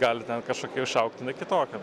gali ten kažkokia išaugt jinai kitokia